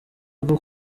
bwo